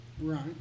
Right